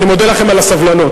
אני מודה לכם על הסבלנות.